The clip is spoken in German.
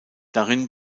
darin